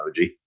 emoji